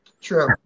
True